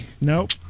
Nope